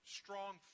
strong